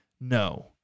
No